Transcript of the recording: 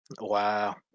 Wow